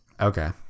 Okay